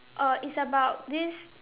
uh it's about this